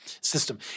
system